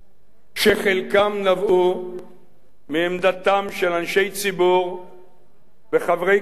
שחלקם נבעו מעמדתם של אנשי ציבור וחברי כנסת